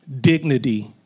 dignity